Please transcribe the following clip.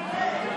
יאללה.